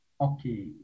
Okay